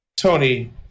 tony